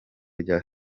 rya